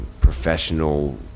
professional